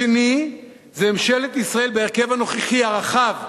השני, זה ממשלת ישראל בהרכב הנוכחי הרחב,